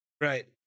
Right